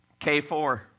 K4